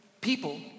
People